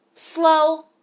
Slow